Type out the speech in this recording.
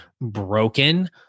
broken